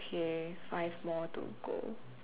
okay five more to go